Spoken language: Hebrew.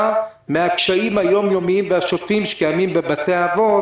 מהקשיים היום-יומיים והשוטפים שקיימים בבתי האבות?